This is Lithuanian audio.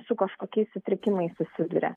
su kažkokiais sutrikimais susiduria